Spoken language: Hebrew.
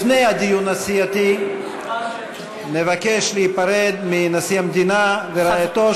לפני הדיון הסיעתי נבקש להיפרד מנשיא המדינה ורעייתו,